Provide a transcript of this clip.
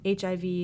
HIV